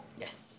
Yes